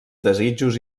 desitjos